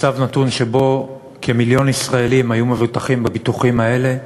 מצב נתון שבו כמיליון ישראלים היו מבוטחים בביטוחים האלה,